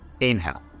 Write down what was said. Inhale